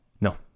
No